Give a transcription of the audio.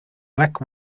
black